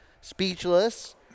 Speechless